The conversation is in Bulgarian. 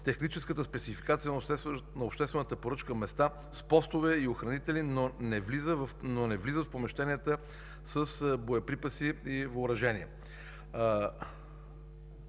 техническата спецификация на обществената поръчка места, с постове и охранители, но не влиза в помещенията с боеприпаси и въоръжение.